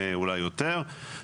אולי יותר.